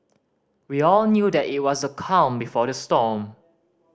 we all knew that it was the calm before the storm